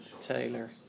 Taylor